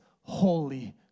holy